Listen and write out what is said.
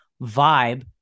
vibe